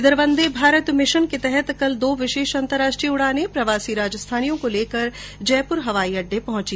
इधर वंदे भारत मिशन के तहत कल दो विशेष अंतरराष्ट्रीय उड़ानें प्रवासी राजस्थानियों को लेकर जयपुर हवाई अड्डे पर पहुंची